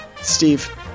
Steve